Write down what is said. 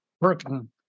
working